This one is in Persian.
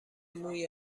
موی